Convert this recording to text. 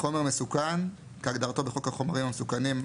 "חומר מסוכן" - כהגדרתו בחוק החומרים המסוכנים,